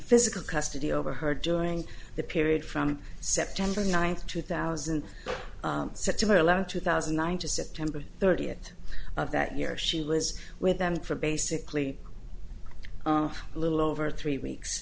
physical custody over her during the period from september ninth two thousand september eleventh two thousand and nine to september thirtieth of that year she was with them for basically a little over three weeks